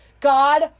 God